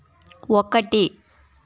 ఒకటి